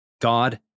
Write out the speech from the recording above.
God